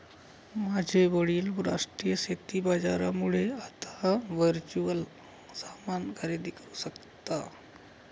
माझे वडील राष्ट्रीय शेती बाजारामुळे आता वर्च्युअल सामान खरेदी करू शकता